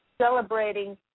Celebrating